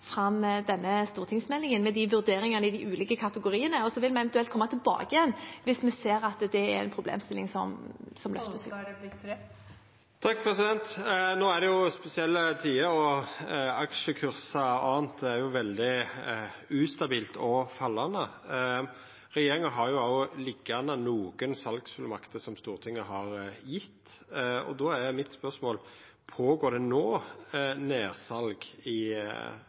fram denne stortingsmeldingen med vurderinger i de ulike kategoriene, og så vil vi eventuelt komme tilbake igjen hvis vi ser at det er en problemstilling. No er det jo spesielle tider, og det med aksjekursar osv. er jo veldig ustabilt og fallande. Regjeringa har òg liggjande nokre salsfullmakter som Stortinget har gjeve. Då er spørsmålet mitt: Pågår det no nedsal i